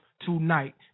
tonight